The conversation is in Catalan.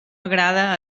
agrada